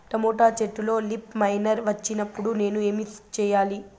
Tomato చెట్టులో leaf miner వచ్చినప్పుడు నేను ఏమి చెయ్యాలి?